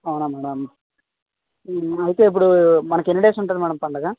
అవునా మేడం అయితే ఇప్పుడు మనకి ఎన్ని డేస్ ఉంటుంది మేడం పండగ